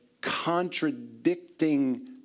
contradicting